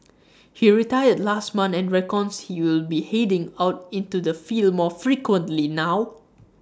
he retired last month and reckons he will be heading out into the field more frequently now